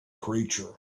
creature